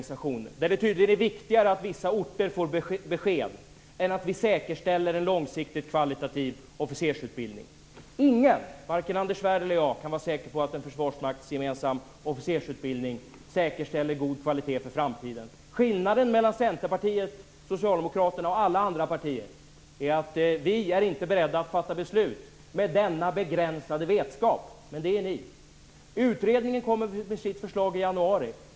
I fråga om detta är det tydligen viktigare att vissa orter får besked än att vi säkerställer en långsiktigt kvalitativ officersutbildning. Ingen, varken Anders Svärd eller jag, kan vara säker på att en försvarsmaktsgemensam officersutbildning säkerställer god kvalitet för framtiden. Skillnaden mellan Centerpartiet, Socialdemokraterna och alla andra partier är att vi inte är beredda att fatta beslut med denna begränsade vetskap. Men det är ni. Utredningen kommer med sitt förslag i januari.